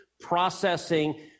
processing